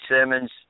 Simmons